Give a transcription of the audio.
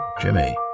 Jimmy